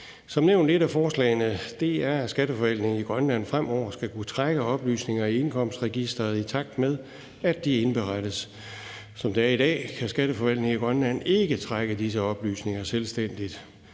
Som nævnt er et af forslagene, at skatteforvaltningen i Grønland fremover skal kunne trække oplysninger i indkomstregistret, i takt med at de indberettes. Som det er i dag, kan skatteforvaltningen i Grønland ikke trækker disse oplysninger selvstændigt.